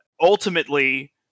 ultimately